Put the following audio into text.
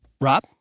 Rob